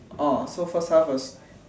orh so first half was